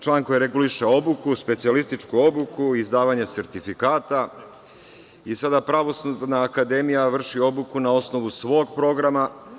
Član koji reguliše obuku, specijalističku obuku, izdavanje sertifikata i sada Pravosudna akademija vrši obuku na osnovu svog programa.